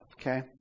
Okay